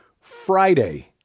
Friday